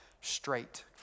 straight